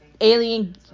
alien